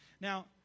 Now